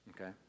okay